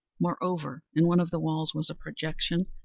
moreover, in one of the walls was a projection,